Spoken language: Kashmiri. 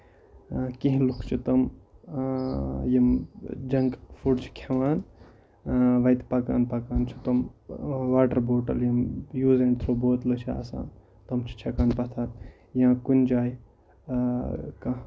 کیٚنٛہہ لُکھ چھِ تِم یِم جنک فوٚڈ چھِ کھیٚوان وَتہِ پَکان پَکان چھِ تِم واٹر بوٹل یِم یوٗز اینڈ تھرو بوٹلہٕ چھِ آسان تِم چھِ چھکان پَتھر یا کُنہِ جایہِ کانٛہہ